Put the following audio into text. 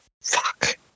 fuck